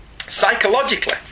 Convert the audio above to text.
Psychologically